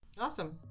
Awesome